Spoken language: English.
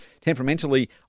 temperamentally